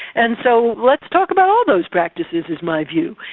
and so let's talk about all those practices is my view.